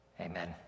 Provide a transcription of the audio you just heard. Amen